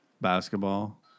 basketball